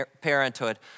Parenthood